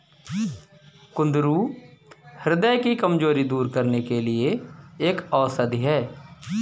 कुंदरू ह्रदय की कमजोरी दूर करने के लिए एक औषधि है